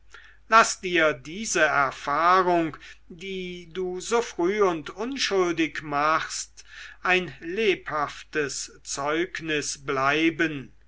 laß dir diese erfahrung die du so früh und unschuldig machst ein lebhaftes zeugnis bleiben